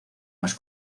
más